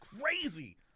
crazy